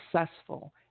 successful